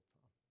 time